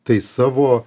tai savo